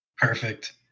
Perfect